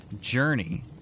journey